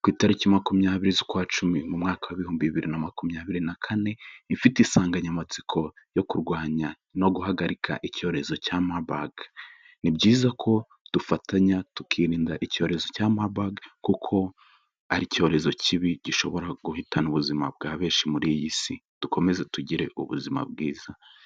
ku itariki Makumyabiri z'ukwa Cumi, mu mwaka w'ibihumbi bibiri na makumyabiri na kane, ifite insanganyamatsiko yo kurwanya no guhagarika icyorezo cya Murburg. Ni byiza ko dufatanya tukirinda icyorezo cya Murburg kuko ari icyorezo kibi, gishobora guhitana ubuzima bwa benshi muri iyi si. Dukomeze tugire ubuzima bwiza.